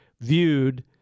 viewed